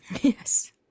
Yes